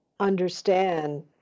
understand